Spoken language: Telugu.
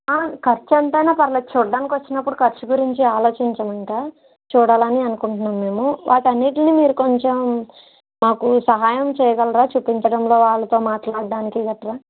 ఖర్చు ఎంతైనా పర్లేదు చూడడానికి వచ్చినప్పుడు ఖర్చు గురించి ఆలోచించం ఇంక చూడాలని అనుకుంటున్నాం మేము వాటన్నిటిని మీరు కొంచం మాకు సహాయం చేయగలరా చూపించడంలో వాళ్ళతో మాట్లాడడానికి గట్రా